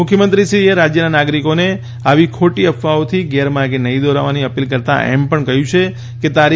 મુખ્યમંત્રીશ્રીએ રાજ્યના નાગરિકોને આવી ખોટી અફવાઓથી ગેરમાર્ગે ના દોરવાઈ જવાની અપીલ કરતા એમ પણ કહ્યું છે કે તા